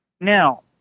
Now